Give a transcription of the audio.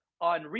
on